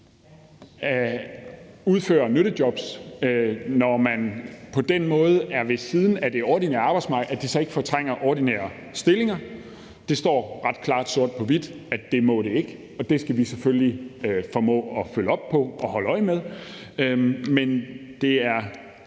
udfører nyttejobs og på den måde er ved siden af det ordinære arbejdsmarked, så fortrænger det ikke ordinære stillinger. Det står ret klart sort på hvidt, at det ikke må det, og det skal vi selvfølgelig formå at følge op på og holde øje med. Men det er